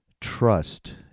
trust